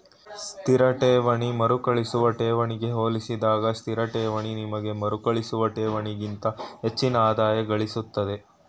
ಸ್ಥಿರ ಠೇವಣಿ ಮರುಕಳಿಸುವ ಠೇವಣಿಗೆ ಹೋಲಿಸಿದಾಗ ಸ್ಥಿರಠೇವಣಿ ನಿಮ್ಗೆ ಮರುಕಳಿಸುವ ಠೇವಣಿಗಿಂತ ಹೆಚ್ಚಿನ ಆದಾಯಗಳಿಸುತ್ತೆ